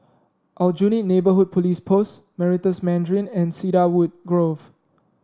Aljunied Neighbourhood Police Post Meritus Mandarin and Cedarwood Grove